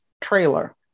trailer